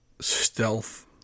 stealth